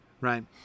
right